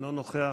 אינו נוכח,